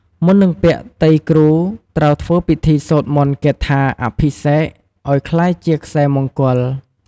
មុននឹងពាក់ ទៃគ្រូត្រូវធ្វើពិធីសូត្រមន្តគាថាអភិសេកឱ្យក្លាយជាខ្សែមង្គល។